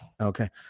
Okay